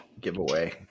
giveaway